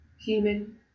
human